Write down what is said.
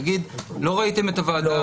יגיד: לא ראיתם את הראיה?